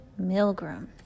milgram